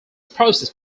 process